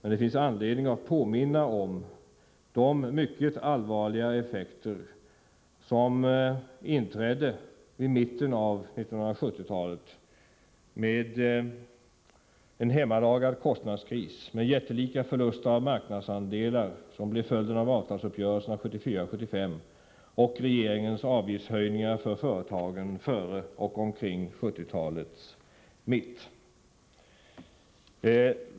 Men det finns anledning att påminna om de mycket allvarliga effekter som inträdde i mitten av 1970-talet med en hemlagad kostnadskris och med jättelika förluster av marknadsandelar till följd av avtalsuppgörelserna 1974-1975 samt regeringens avgiftshöjningar för företagen före och omkring 1970-talets mitt.